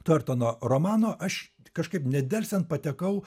tortono romano aš kažkaip nedelsiant patekau